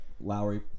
Lowry